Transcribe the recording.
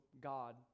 God